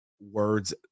words